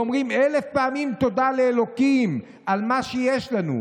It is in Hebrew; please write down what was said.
ואומרים אלף פעמים תודה לאלוקים על מה שיש לנו.